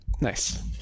Nice